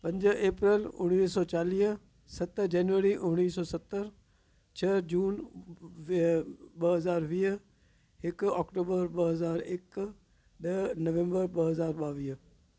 पंज एप्रैल उणिवीह सौ चालीह सत जैनवरी उणिवीह सौ सतरि छह जून इहे ॿ हज़ार वीह हिकु ऑक्टूबर ॿ हज़ार हिकु ॾह नवैम्बर ॿ हज़ार ॿावीह